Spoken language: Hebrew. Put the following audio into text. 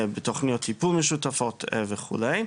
בתוכניות טיפול משותפות וכו'.